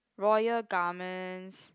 Royal Garments